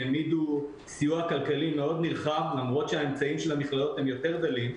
העמידו סיוע כלכלי מאוד נרחב למרות שהאמצעים של המכללות יותר דלים.